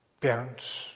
parents